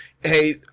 hey